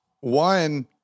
one